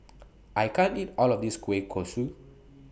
I can't eat All of This Kueh Kosui